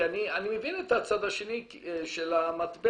אני מבין את הצד השני של המטבע,